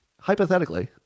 Hypothetically